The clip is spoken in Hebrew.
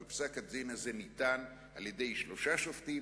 אבל פסק-הדין הזה ניתן על-ידי שלושה שופטים